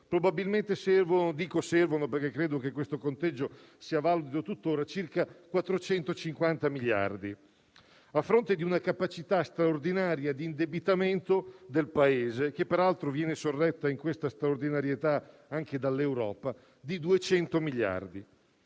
probabilmente servono - dico servono perché credo che questo conteggio sia valido tuttora - circa 450 miliardi, a fronte di una capacità straordinaria di indebitamento del Paese, che peraltro viene sorretta in questa straordinarietà anche dall'Europa, di 200 miliardi